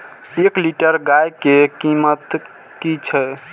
एक लीटर गाय के कीमत कि छै?